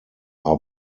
are